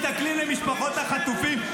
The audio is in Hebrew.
מסתכלים על משפחות החטופים.